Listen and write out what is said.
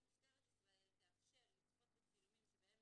(1א)משטרת ישראל רשאית להעביר את הצילומים שבהם